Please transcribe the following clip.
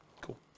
Cool